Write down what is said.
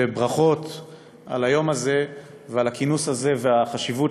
בברכות על היום הזה ועל הכינוס הזה ועל החשיבות